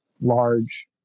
large